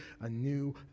anew